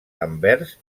envers